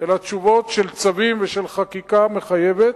אלא תשובות של צווים וחקיקה מחייבת,